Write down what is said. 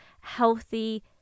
healthy